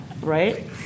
Right